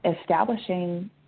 establishing